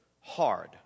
hard